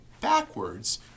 backwards